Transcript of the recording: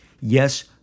Yes